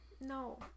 No